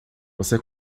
você